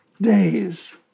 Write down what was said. days